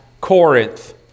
Corinth